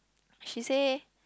she say